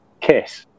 Kiss